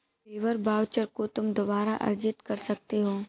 labour voucher को तुम दोबारा अर्जित कर सकते हो